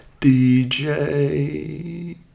DJ